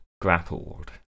grappled